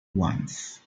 ones